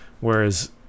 Whereas